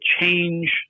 change